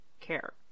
care